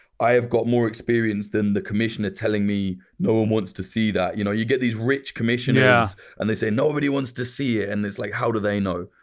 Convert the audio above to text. i have got more experience than the commissioner telling me, no one wants to see that you know you get these rich commissioners yeah and they say, nobody wants to see it. and it's like, how do they know?